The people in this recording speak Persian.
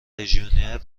لژیونر